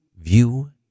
view